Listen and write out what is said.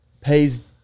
pays